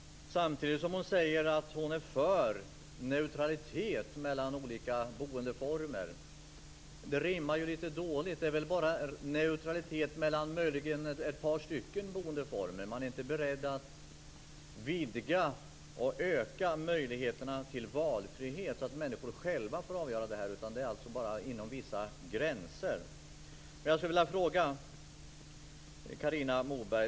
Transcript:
Samtidigt säger hon att hon är för neutralitet mellan olika boendeformer. Det här rimmar litet illa. Det är väl bara neutralitet mellan möjligen ett par boendeformer som det är fråga om. Man är inte beredd att vidga, öka, möjligheterna till valfrihet, så att människor själva får avgöra. I stället är det bara inom vissa gränser som man får göra det.